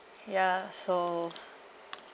ya so